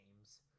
games